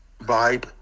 vibe